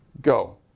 go